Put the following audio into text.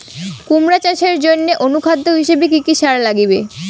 কুমড়া চাষের জইন্যে অনুখাদ্য হিসাবে কি কি সার লাগিবে?